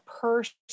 person